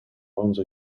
onze